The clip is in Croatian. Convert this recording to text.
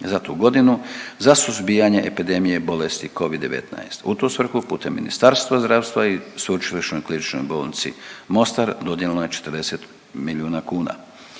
za tu godinu za suzbijanje epidemije bolesti Covid 19. U tu svrhu putem Ministarstva zdravstva i Sveučilišnoj kliničkoj bolnici Mostar dodijeljeno je 40 milijuna kuna.